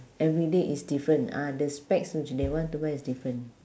everyday is different ah the specs which they want to buy is different